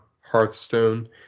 Hearthstone